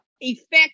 effect